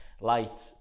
lights